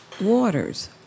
waters